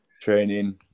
training